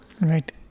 right